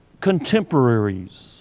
contemporaries